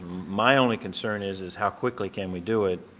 my only concern is, is how quickly can we do it.